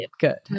good